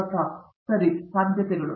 ಪ್ರತಾಪ್ ಹರಿಡೋಸ್ ಸರಿ ಸಾಧ್ಯತೆಗಳು